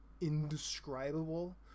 indescribable